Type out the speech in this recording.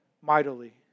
mightily